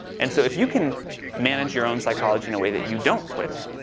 and so if you can manage your own psychology in a way that you don't quit.